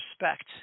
respect